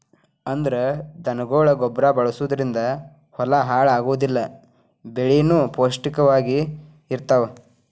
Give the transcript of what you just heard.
ಅಂದ್ರ ದನಗೊಳ ಗೊಬ್ಬರಾ ಬಳಸುದರಿಂದ ಹೊಲಾ ಹಾಳ ಆಗುದಿಲ್ಲಾ ಬೆಳಿನು ಪೌಷ್ಟಿಕ ವಾಗಿ ಇರತಾವ